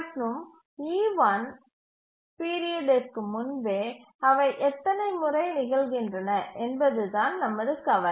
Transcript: மற்றும் e1 பீரியடிற்கு முன்பே அவை எத்தனை முறை நிகழ்கின்றன என்பதுதான் நமது கவலை